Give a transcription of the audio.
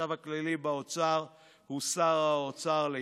והחשב הכללי באוצר הוא שר האוצר לענייננו.